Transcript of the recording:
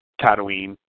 Tatooine